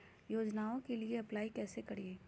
योजनामा के लिए अप्लाई कैसे करिए?